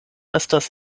estas